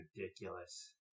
ridiculous